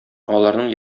аларның